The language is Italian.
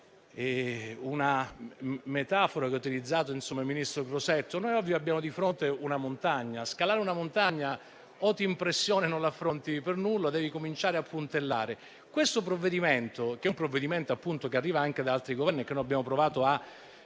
una metafora che ha utilizzato il ministro Crosetto. Noi oggi abbiamo di fronte una montagna: per scalare una montagna o ti impressioni e non l'affronti per nulla o devi cominciare a puntellare. Questo provvedimento arriva anche da altri Governi e noi abbiamo provato a